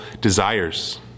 desires